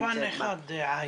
זה פן אחד, עאידה,